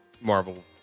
Marvel